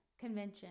convention